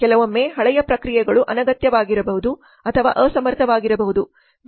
ಕೆಲವೊಮ್ಮೆ ಹಳೆಯ ಪ್ರಕ್ರಿಯೆಗಳು ಅನಗತ್ಯವಾಗಿರಬಹುದು ಅಥವಾ ಅಸಮರ್ಥವಾಗಿರಬಹುದು